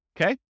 Okay